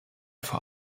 vor